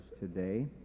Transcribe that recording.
today